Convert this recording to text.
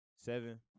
Seven